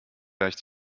gleich